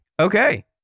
Okay